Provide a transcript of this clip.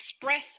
express